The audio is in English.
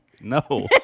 no